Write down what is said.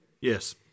Yes